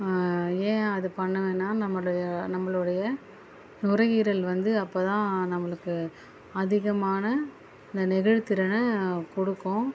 ஏன் அது பண்ணுவேன்னா நம்முடைய நம்மளுடைய நுரையீரல் வந்து அப்போ தான் நம்மளுக்கு அதிகமான இந்த நெகிழ்வு திறனை கொடுக்கும்